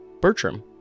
Bertram